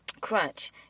crunch